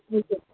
ठिक आहे